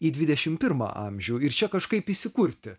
į dvidešimt pirmą amžių ir čia kažkaip įsikurti